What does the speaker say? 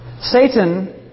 Satan